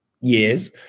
years